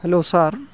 hello sir